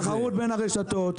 התחרות בין הרשתות,